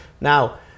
Now